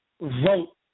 vote